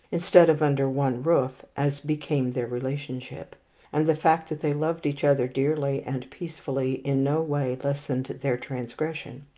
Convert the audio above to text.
instead of under one roof as became their relationship and the fact that they loved each other dearly and peacefully in no way lessened their transgression.